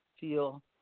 feel